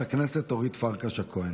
חברת הכנסת אורית פרקש הכהן,